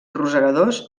rosegadors